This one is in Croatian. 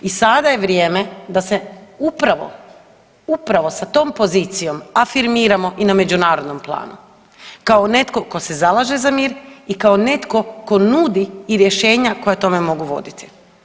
I sada je vrijeme da se upravo, upravo sa tom pozicijom afirmiramo i na međunarodnom planu kao netko tko se zalaže za mir i kao netko tko nudi i rješenja koje tome mogu voditi.